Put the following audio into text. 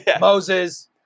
Moses